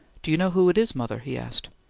do you know who it is, mother? he asked.